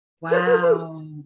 wow